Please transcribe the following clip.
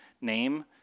name